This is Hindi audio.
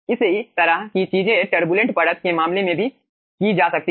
इसी तरह की चीजें टरबुलेंट परत के मामले में भी की जा सकती है